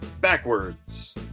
backwards